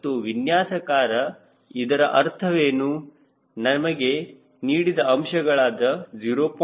ಮತ್ತು ವಿನ್ಯಾಸಕಾರ ಇದರ ಅರ್ಥವೇನು ನಮಗೆ ನೀಡಿದ ಅಂಶಗಳಾದ 0